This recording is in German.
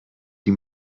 die